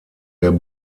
der